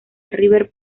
river